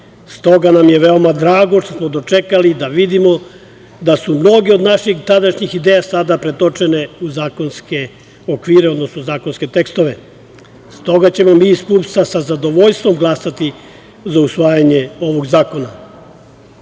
Stoga nam je veoma drago što smo dočekali da vidimo da su mnoge od naših tadašnjih ideja sada pretočene u zakonske okvire, odnosno zakonske tekstove. Stoga ćemo mi iz PUPS-a sa zadovoljstvom glasati za usvajanje ovog zakona.